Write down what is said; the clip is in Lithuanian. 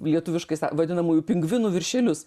lietuviškais sa vadinamųjų pingvinų viršelius